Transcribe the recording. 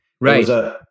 Right